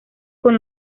con